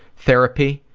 therapy,